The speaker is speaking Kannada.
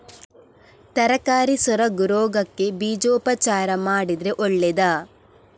ತರಕಾರಿ ಸೊರಗು ರೋಗಕ್ಕೆ ಬೀಜೋಪಚಾರ ಮಾಡಿದ್ರೆ ಒಳ್ಳೆದಾ?